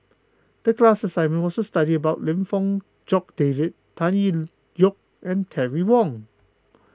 the class assignment was to study about Lim Fong Jock David Tan Tee Yoke and Terry Wong